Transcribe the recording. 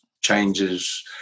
changes